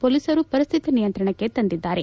ಪೊಲೀಸರು ಪರಿಸ್ವಿತಿ ನಿಯಂತ್ರಣಕ್ಕೆ ತಂದಿದ್ದಾರೆ